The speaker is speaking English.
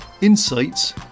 insights